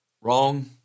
Wrong